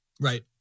Right